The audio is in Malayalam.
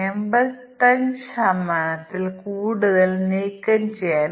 ട്ട്പുട്ടും തമ്മിൽ ഒരു കാരണ ഫല ബന്ധം ഉണ്ട്